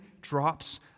drops